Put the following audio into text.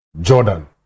Jordan